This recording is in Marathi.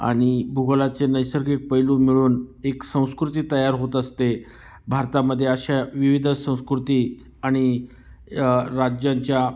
आणि भूगोलाचे नैसर्गिक पैलू मिळून एक संस्कृती तयार होत असते भारतामध्ये अशा विविध संस्कृती आणि राज्यांच्या